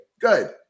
good